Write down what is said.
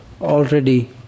already